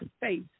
face